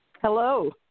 Hello